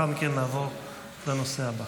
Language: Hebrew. לאחר מכן נעבור לנושא הבא.